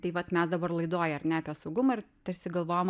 tai vat mes dabar laidoj ar ne apie saugumą ir tarsi galvojam